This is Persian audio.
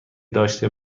داشته